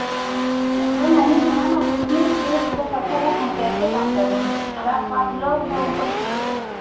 अरे नहीं मैम अब उतनी दूर का सफर है तो हम कैसे कम करें चार पाँच लोग हो ऊपर